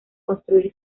construir